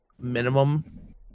minimum